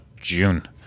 June